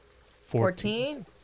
Fourteen